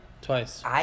twice